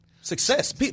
Success